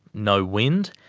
no wind,